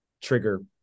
trigger